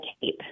tape